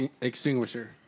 extinguisher